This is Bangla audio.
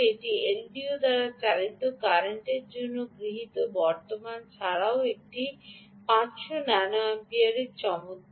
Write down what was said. এটি এলডিও দ্বারা পরিচালিত কারেন্টের জন্য গৃহীত বর্তমান ছাড়াও এটি 500 ন্যানো অ্যাম্পিয়ার চমত্কার